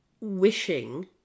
wishing